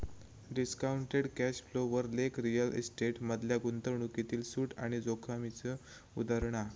discounted cash flow वर लेख real estate मधल्या गुंतवणूकीतील सूट आणि जोखीमेचा उदाहरण हा